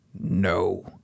no